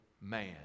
man